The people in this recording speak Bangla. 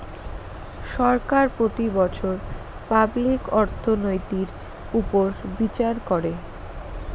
সরকার প্রতি বছর পাবলিক অর্থনৈতির উপর বিচার করে